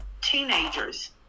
teenagers